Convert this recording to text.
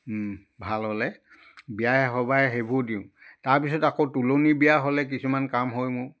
ভাল হ'লে বিয়াই সবাহে সেইবোৰ দিওঁ তাৰপিছত আকৌ তুলনী বিয়া হ'লে কিছুমান কাম হয় মোৰ